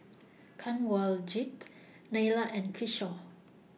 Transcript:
Kanwaljit Neila and Kishore